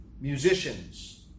Musicians